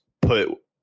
put